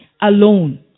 alone